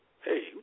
Hey